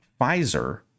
Pfizer